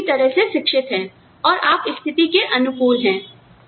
तो आप अच्छी तरह से शिक्षित हैं और आप स्थिति के अनुकूल हैं